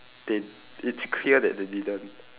they it's clear that they didn't